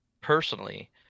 personally